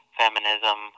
feminism